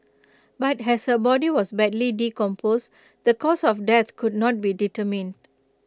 but has her body was badly decomposed the cause of death could not be determined